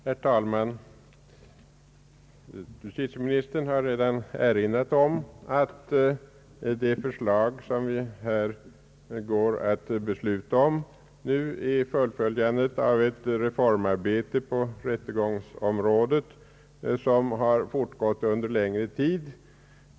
Herr talman! Justitieministern har redan erinrat om att det förslag som vi nu här går att besluta om är ett fullföljande av ett reformarbete på rättegångsområdet som har fortgått under längre tid.